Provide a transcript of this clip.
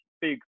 big